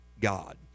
God